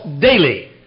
daily